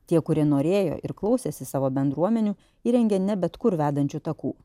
tie kurie norėjo ir klausėsi savo bendruomenių įrengė ne bet kur vedančių takų